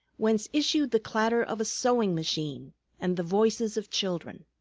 whence issued the clatter of a sewing-machine and the voices of children.